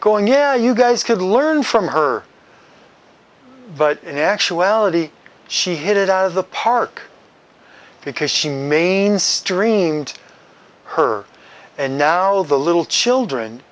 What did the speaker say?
going yeah you guys could learn from her but in actuality she hit it out of the park because she mainstreamed her and now all the little children